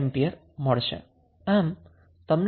5 ampere મળશે